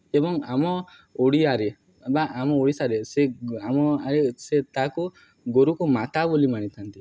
ଏବଂ ଆମ ଓଡ଼ିଆରେ ବା ଆମ ଓଡ଼ିଶାରେ ସେ ଆମ ସେ ତାକୁ ଗୋରୁକୁ ମାତା ବୋଲି ମାନିଥାନ୍ତି